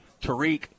Tariq